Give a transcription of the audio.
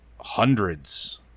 hundreds